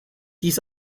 dies